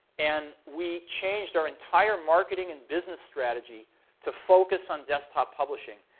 and we changed our entire marketing and business strategy to focus on desktop publishing,